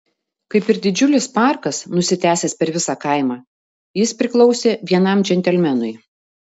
kaip ir didžiulis parkas nusitęsęs per visą kaimą jis priklausė vienam džentelmenui